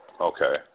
Okay